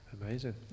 amazing